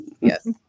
yes